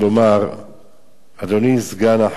אדוני סגן שר החוץ,